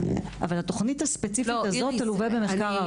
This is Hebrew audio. אבל התוכנית הספציפית הזאת תלווה במחקר הערכה.